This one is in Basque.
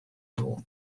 digu